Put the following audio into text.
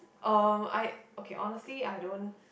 um I okay honestly I don't